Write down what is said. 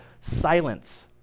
silence